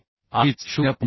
आधीच 0